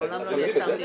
מעולם לא נעצרתי,